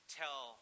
tell